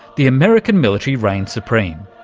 the american military reigns supreme.